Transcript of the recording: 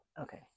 Okay